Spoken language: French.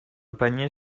panier